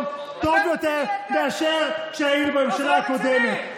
בכל פרמטר היום טוב יותר מאשר כשהיינו בממשלה הקודמת.